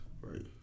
Right